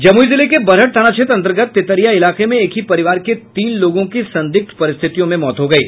जमुई जिले के बरहट थाना क्षेत्र अंतर्गत तेतरिया इलाके में एक ही परिवार के तीन लोगों की संदिग्ध परिस्थितियों में मौत हो गयी